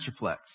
Metroplex